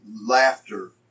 laughter